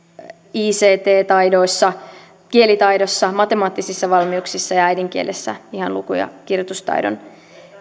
ict taidoissa kielitaidossa matemaattisissa valmiuksissa ja äidinkielessä ihan luku ja kirjoitustaidossakin